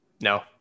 No